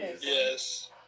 Yes